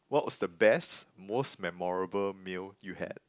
what was the best most memorable meal you had